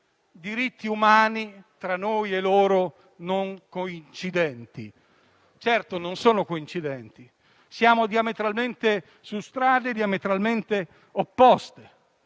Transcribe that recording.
diritti umani tra noi e loro non sono coincidenti; certo, non sono coincidenti, siamo su strade diametralmente opposte.